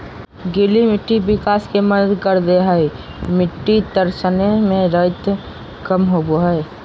गीली मिट्टी विकास को मंद कर दे हइ मिटटी तरसने में रेत कम होबो हइ